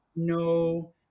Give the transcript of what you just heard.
no